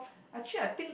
actually I think